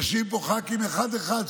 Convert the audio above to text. יושבים פה ח"כים אחד-אחד,